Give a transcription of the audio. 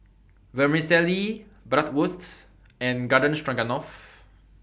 Vermicelli Bratwurst and Garden Stroganoff